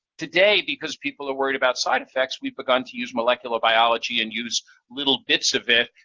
today, because people are worried about side effects, we've begun to use molecular biology and use little bits of it,